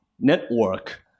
network